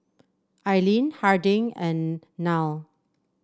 Aileen Harding and Nile